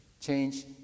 change